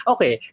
Okay